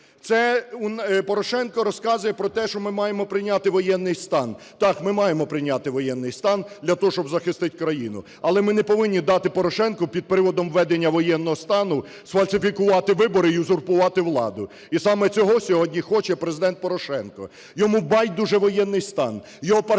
Це Порошенко розказує про те, що ми маємо прийняти воєнний стан. Так, ми маємо прийняти воєнний стан для того, щоб захистити країну. Але ми не повинні дати Порошенку, під приводом введення воєнного стану, сфальсифікувати вибори і узурпувати владу. І саме цього сьогодні хоче Президент Порошенко. Йому байдуже воєнний стан, його партнери як